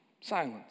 Silence